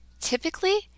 typically